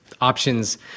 options